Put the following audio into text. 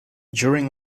during